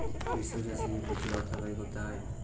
মিশ্র চাষে কি প্রচুর অর্থ ব্যয় করতে হয়?